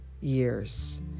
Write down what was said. years